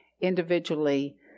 individually